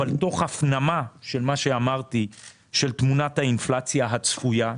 תוך הפנמה של תמונת האינפלציה הצפויה,